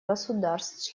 государств